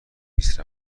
نیست